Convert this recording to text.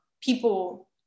people